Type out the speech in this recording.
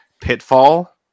Pitfall